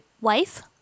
wife